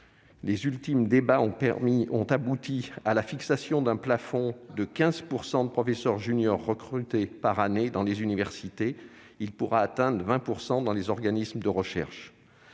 Les ultimes débats ont abouti à la fixation d'un plafond de 15 % de professeurs juniors recrutés par année dans les universités ; il pourra atteindre 20 % dans les organismes de recherche.